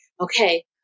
okay